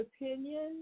opinion